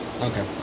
Okay